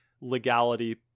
legality